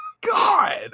God